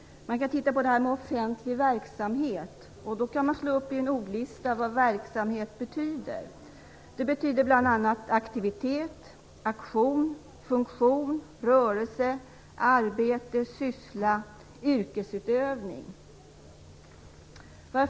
Man kan titta på "offentlig verksamhet", slå upp i en ordlista och se vad verksamhet betyder. Det betyder bl.a. aktivitet, aktion, funktion, rörelse, arbete, syssla, yrkesutövning.